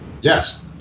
Yes